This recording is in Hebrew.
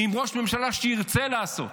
עם ראש ממשלה שירצה לעשות.